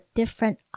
different